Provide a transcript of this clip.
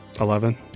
Eleven